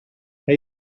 hay